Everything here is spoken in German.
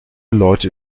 leute